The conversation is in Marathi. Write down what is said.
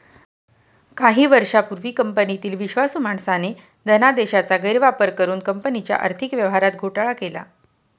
काही वर्षांपूर्वी कंपनीतील विश्वासू माणसाने धनादेशाचा गैरवापर करुन कंपनीच्या आर्थिक व्यवहारात घोटाळा केला